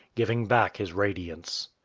giving back his radiance.